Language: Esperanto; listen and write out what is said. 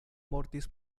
mortis